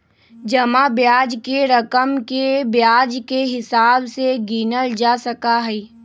जमा ब्याज के रकम के ब्याज के हिसाब से गिनल जा सका हई